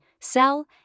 sell